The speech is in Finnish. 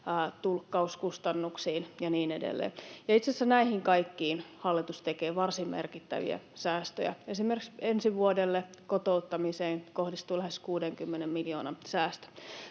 tulkkauskustannuksiin ja niin edelleen, ja itse asiassa näihin kaikkiin hallitus tekee varsin merkittäviä säästöjä. Esimerkiksi ensi vuodelle kotouttamiseen kohdistuu lähes 60 miljoonan säästöt.